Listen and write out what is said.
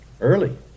early